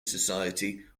society